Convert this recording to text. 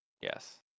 Yes